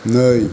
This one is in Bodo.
नै